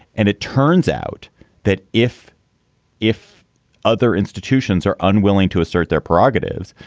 and it turns out that if if other institutions are unwilling to assert their perogative,